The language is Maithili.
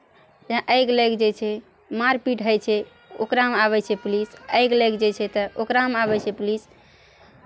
जेना आगि लागि जाइ छै मारपीट होइ छै ओकरामे आबै छै पुलिस आगि लागि जाइ छै तऽ ओकरामे आबै छै पुलिस